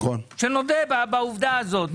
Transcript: שנודה בעובדה הזאת,